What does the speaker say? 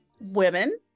Women